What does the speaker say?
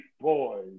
boys